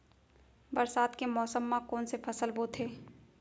बरसात के मौसम मा कोन से फसल बोथे?